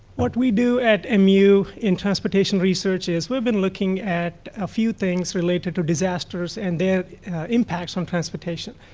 what we do at um mu in transportation research is we've been looking at a few things related to disasters and their impacts on transportation.